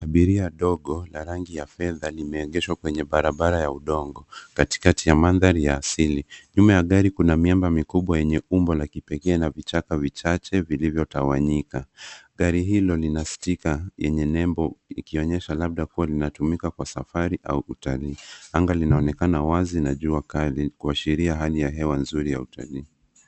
Abiria dogo la rangi ya fedha limeegeshwa kwenye barabara ya udongo, katikati ya mandhari ya asili. Nyuma ya gari kuna miamba mikubwa yenye umbo la kipekee na vichaka vichache vilivyotawanyika. Gari hilo lina sticker yenye nembo, ikionyesha labda kuwa linatumika kwa safari au utalii. Anga linaonekana wazi na jua kali kuashiria hali ya hewa nzuri ya utalii.